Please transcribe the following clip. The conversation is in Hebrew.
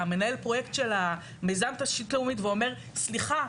מנהל פרויקט של מיזם תשתית לאומית ואומר סליחה,